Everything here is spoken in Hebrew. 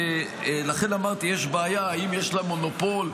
לכן אמרתי, יש בעיה אם יש לה מונופול,